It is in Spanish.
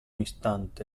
instante